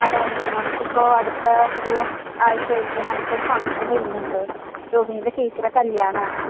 അതായിതെ ഞങ്ങൾക്കിപ്പോൾ അടുത്താ ഒരു ആഴ്ച്ചയായിട്ട് നമക്കൊരു ഫങ്ഷൻ വരുന്നുണ്ട് രോഹിണീടെ ചേച്ചീടെ കല്യാണമാണ്